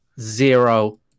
zero